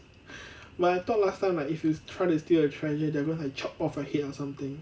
but I thought last time like if you try to steal a treasure then they will chop off a head or something